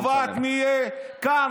קובע מי יהיה, תודה רבה, חבר הכנסת אמסלם.